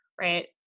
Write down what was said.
right